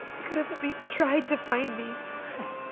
you could've at least tried to find me. why?